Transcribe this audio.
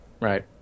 right